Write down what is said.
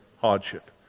hardship